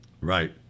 Right